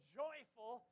joyful